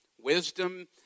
Wisdom